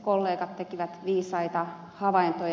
kollegat tekivät viisaita havaintoja